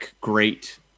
great